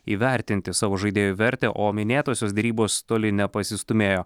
įvertinti savo žaidėjų vertę o minėtosios derybos toli nepasistūmėjo